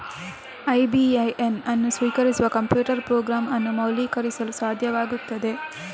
IBAN ಅನ್ನು ಸ್ವೀಕರಿಸುವ computer program ಅನ್ನು ಮೌಲ್ಯೀಕರಿಸಲು ಸಾಧ್ಯವಾಗುತ್ತದೆ